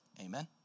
Amen